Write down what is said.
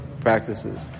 practices